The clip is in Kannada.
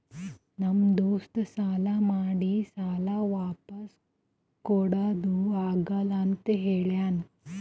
ನಮ್ ದೋಸ್ತ ಸಾಲಾ ಮಾಡಿ ಸಾಲಾ ವಾಪಿಸ್ ಕುಡಾದು ಆಗಲ್ಲ ಅಂತ ಹೇಳ್ಯಾನ್